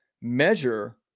measure